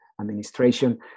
Administration